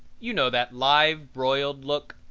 you know that live-broiled look?